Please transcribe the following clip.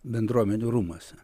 bendruomenių rūmuose